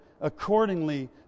accordingly